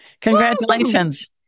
Congratulations